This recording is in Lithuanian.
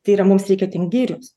tai yra mums reikia ten girios